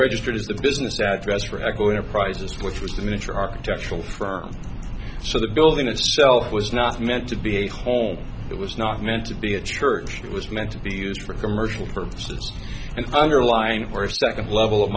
registered as a business address for echoing a price list which was the nature architectural firm so the building itself was not meant to be a home it was not meant to be a church it was meant to be used for commercial purposes and underlying first second level of